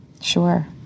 Sure